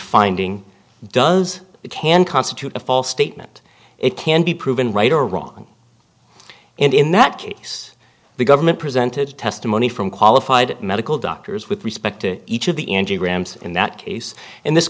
finding does it can constitute a false statement it can be proven right or wrong and in that case the government presented testimony from qualified medical doctors with respect to each of the grahams in that case and this